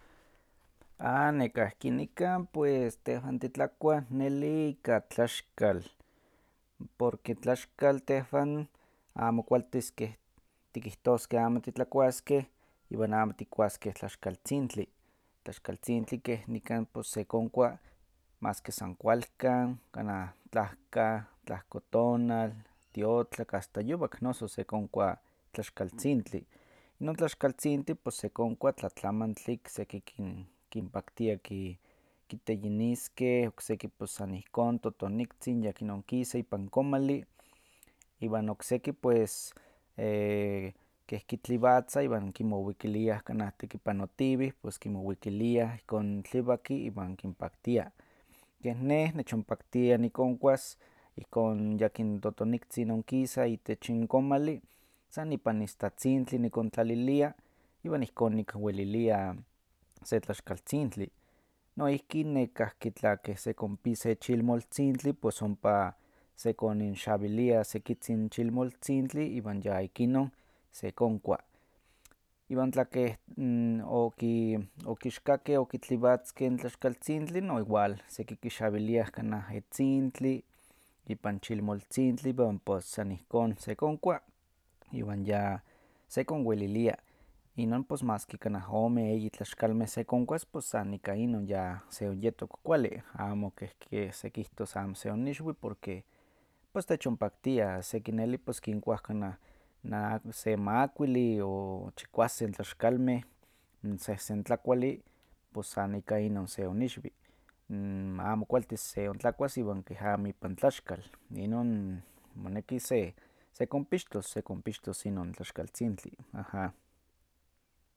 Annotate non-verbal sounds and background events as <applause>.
Ah nekahki nikan pues tehwan titlakuah neli ika tlaxkal, porque tlaxkal tehwan amo kualtis keh tikihtoskeh amo titlakuaskeh iwan amo tikuaskeh tlaxkaltzintli, tlaxkaltzintli keh nikan pues sekonkua maski san kualkan, kanah tlahkah, tlahkotonal, tiotlak asta yuwak noso sekonkua tlaxkaltzintli. Inon tlaxkaltzintli pus sekonkua tlatlamantli, seki kin- kinpaktia ki- kiteyiniskeh, okseki pus san ihkon totoniktzin yakin onkisa ipan komalli, iwan okseki pues <hesitation> keh kitliwatzah iwan kimowikiliah kanah tekipanotiweh, pues kimowikiliah, ihkon tliwakki iwan kinpaktia. Keh neh nechonpaktia nikonkuas ihkon yakin totoniktzin onkisa itech n komalli, san ipan istatzintli nikontlalilia iwan ihkon nikwelilia se tlaxkaltzintli. Noihki nekahki tla keh sekompi se chilmoltzintli pues ompa sekoninxawilia sekitzin chilmoltzintli iwan ya ikinon sekonkua. Iwan tla keh oki- okixkakeh okitliwatzkeh n tlaxkaltzintli, noigual seki kixawiliah kanah etzintli ipan chilmoltzintli iwan pos san ihkon sekonkua iwan ya sekonwelilia, inon pues maski kanah ome eyi tlaxkalmeh sekonkuas pues san ika inon ya seonyetok kuali, amo keh- kehsekihtos amo seonixwi porque pues techonpaktia, seki neli pues kiknkuah kanah se makuilli o chikuasen tlaxkalmeh n sehsen tlakuali, pues san ika inon se onixwi, <hesitation> amo kualtis seontlakuas iwan keh amo ipan tlaxkal, inon moneki se- sekonpixtos, sekonpixtos inon tlaxkaltzintli, aha.